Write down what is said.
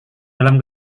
dalam